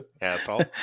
Asshole